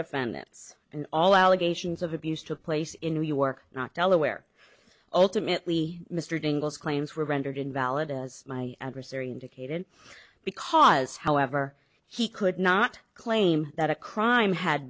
defendants and all allegations of abuse took place in new york not delaware ultimately mr dingell's claims were rendered invalid as my adversary indicated because however he could not claim that a crime had